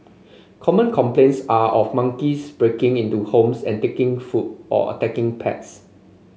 common complaints are of monkeys breaking into homes and taking food or attacking pets